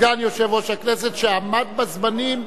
סגן יושב-ראש הכנסת, שעמד בזמנים.